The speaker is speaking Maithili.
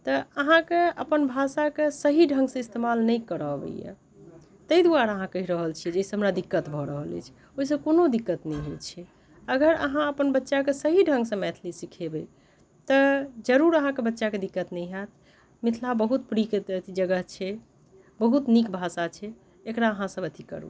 तऽ अहाँके अपन भाषाके सही ढङ्गसँ इस्तेमाल नहि करय अबैए ताहि दुआरे अहाँ कहि रहल छियै जे एहिसँ हमरा दिक्कत भऽ रहल अछि ओहिसँ कोनो दिक्कत नहि होइत छै अगर अहाँ अपन बच्चाके सही ढङ्गसँ मैथिली सिखेबै तऽ जरूर अहाँके बच्चाके दिक्कत नहि होयत मिथिला बहुत प्रियके जगह छै बहुत नीक भाषा छै एकरा अहाँसभ अथी करू